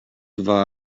war